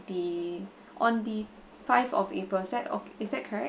the on the five of april is that of is that correct